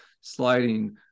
sliding